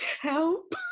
help